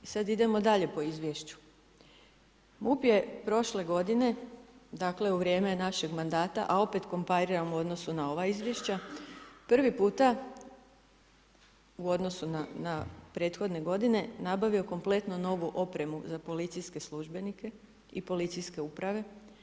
I sad idemo dalje po izvješću, MUP je prošle godine, dakle u vrijeme našeg mandata, a opet kompariram u odnosu na ova izvješća, prvi puta u odnosu na prethodne godine, nabavio kompletnu novu opremu za policijske službenike i policijske uprave.